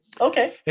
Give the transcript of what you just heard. Okay